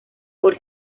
por